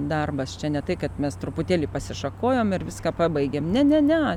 darbas čia ne tai kad mes truputėlį pasišakojom ir viską pabaigėm ne ne ne